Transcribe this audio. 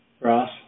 Ross